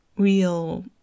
real